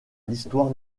l’histoire